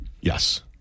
Yes